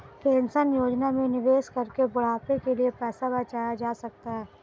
pension योजना में निवेश करके बुढ़ापे के लिए पैसा बचाया जा सकता है